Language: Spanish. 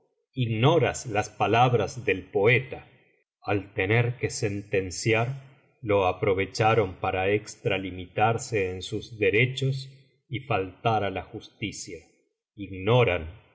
ignoras las palabras del poeta al tener que sentenciar lo aprovecharon para extralimitarse en m derechos y faltar á la justicia ignoran